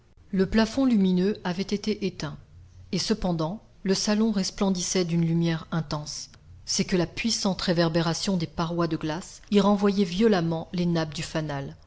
le plafond lumineux avait été éteint et cependant le salon resplendissait d'une lumière intense c'est que la puissante réverbération des parois de glace y renvoyait violemment les nappes du fanal